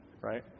right